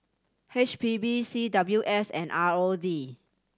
H P B C W S and R O D